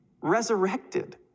resurrected